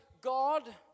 God